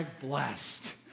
blessed